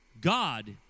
God